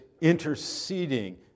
interceding